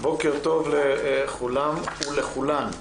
בוקר טוב לכולם ולכולן.